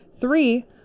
Three